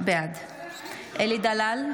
בעד אלי דלל,